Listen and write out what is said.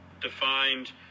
defined